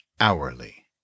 Hourly